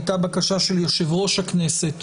הייתה בקשה של יושב-ראש הכנסת